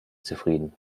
zufrieden